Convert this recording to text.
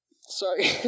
Sorry